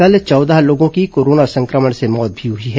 कल चौदह लोगों की कोरोना संक्रमण से मौत भी हुई है